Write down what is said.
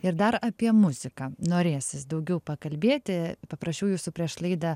ir dar apie muziką norėsis daugiau pakalbėti paprašiau jūsų prieš laidą